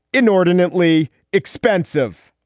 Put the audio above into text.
inordinately expensive.